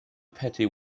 petty